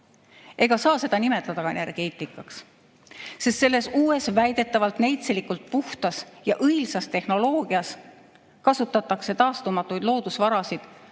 seda ei saa nimetada ka energeetikaks, sest selles uues, väidetavalt neitsilikult puhtas, õilsas tehnoloogias kasutatakse taastumatuid loodusvarasid,